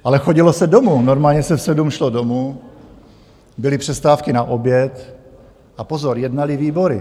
Ale chodilo se domů, normálně se v sedm šlo domů, byly přestávky na oběd a pozor, jednaly výbory.